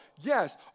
Yes